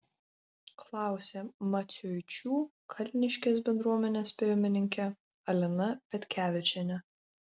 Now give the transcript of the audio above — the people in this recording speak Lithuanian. klausė maciuičių kalniškės bendruomenės pirmininkė alina petkevičienė